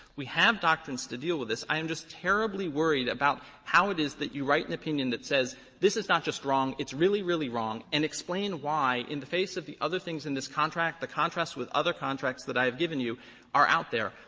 we have doctrines to deal with this. i am just terribly worried about how it is that you write an opinion that says this is not just wrong, it's really really wrong, and explain why in the face of the other things in this contract, the contrast with other contracts that i have given you are out there.